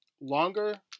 longer